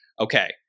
Okay